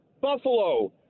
Buffalo